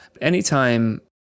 Anytime